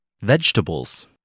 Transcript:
Vegetables